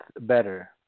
better